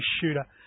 shooter